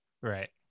Right